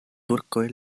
turkoj